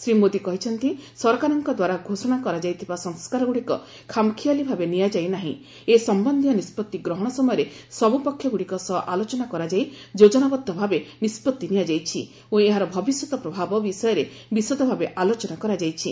ଶ୍ରୀ ମୋଦୀ କହିଛନ୍ତି ସରକାରଙ୍କ ଦ୍ୱାରା ଘୋଷଣା କରାଯାଇଥିବା ସଂସ୍କାରଗୁଡ଼ିକ ଖାମଖିଆଲି ଭାବେ ନିଆଯାଇ ନାହିଁ ଏ ସମ୍ଭନ୍ଧୀୟ ନିଷ୍ପତି ଗ୍ରହଣ ସମୟରେ ସବ୍ରପକ୍ଷଗ୍ରଡ଼ିକ ସହ ଆଲୋଚନା କରାଯାଇ ଯୋଜନାବଦ୍ଧ ଭାବେ ନିଷ୍ପତି ନିଆଯାଇଛି ଓ ଏହାର ଭବିଷ୍ୟତ ପ୍ରଭାବ ବିଷୟରେ ବିଷଦ ଭାବେ ଆଲୋଚନା କରାଯାଇଛି